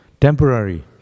temporary